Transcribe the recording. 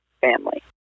family